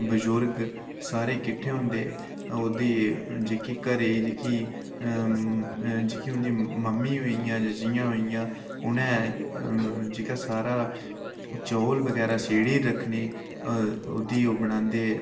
बजुर्ग सारे किट्ठे होंदे ओह्दी जेह्की घरै ई जेह्की उं'दी मम्मी होइयां जि'यां होइयां उ'नें जेह्का सारा चौल बगैरा सेड़ी रक्खने ओह्दी ओह् बनांदे